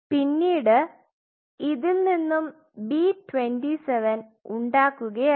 പിന്നീട് ഇതിൽ നിന്നും B27 ഉണ്ടാക്കുകയായിരുന്നു